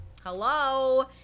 Hello